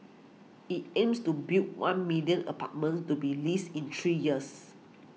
it aims to build one million apartments to be leased in three years